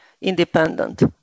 Independent